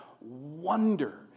wonder